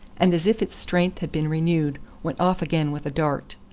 and as if its strength had been renewed, went off again with a dart.